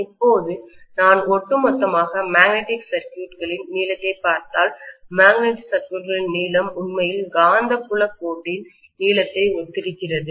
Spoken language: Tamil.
இப்போது நான் ஒட்டுமொத்தமாக மேக்னெட்டிக் சர்க்யூட்களின் நீளத்தை பார்த்தால் மேக்னெட்டிக் சர்க்யூட்களின் நீளம் உண்மையில்காந்தப்புலக் கோட்டின் நீளத்தை ஒத்திருக்கிறது